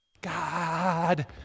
God